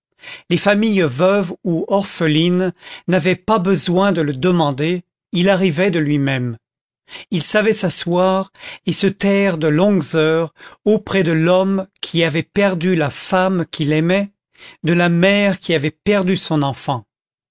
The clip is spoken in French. les familles veuves ou orphelines n'avaient pas besoin de le demander il arrivait de lui-même il savait s'asseoir et se taire de longues heures auprès de l'homme qui avait perdu la femme qu'il aimait de la mère qui avait perdu son enfant